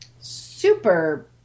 super